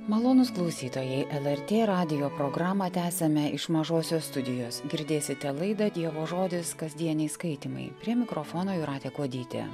malonūs klausytojai lrt radijo programą tęsiame iš mažosios studijos girdėsite laidą dievo žodis kasdieniai skaitymai prie mikrofono jūratė kuodytė